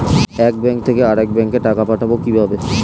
এক ব্যাংক থেকে আরেক ব্যাংকে টাকা পাঠাবো কিভাবে?